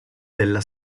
della